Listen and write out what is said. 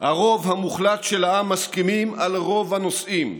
הרוב המוחלט של העם, מסכימים על רוב הנושאים,